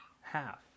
Half